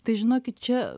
tai žinokit čia